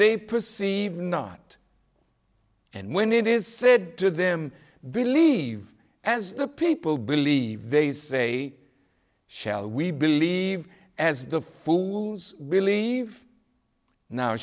they perceive not and when it is said to them believe as the people believe they say shall we believe as the foods believe no